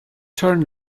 turn